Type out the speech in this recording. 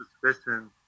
suspicion